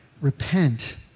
Repent